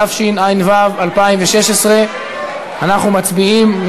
התשע"ו 2016. אנחנו מצביעים.